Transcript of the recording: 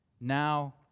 now